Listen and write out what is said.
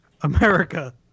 America